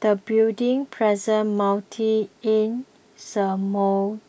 the building presents multiple insurmountable